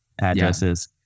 addresses